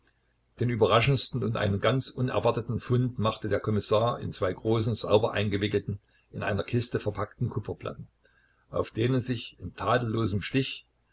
den überraschendsten und einen ganz unerwarteten fund machte der kommissar in zwei großen sauber eingewickelten in einer kiste verpackten kupferplatten auf denen sich in tadellosem stich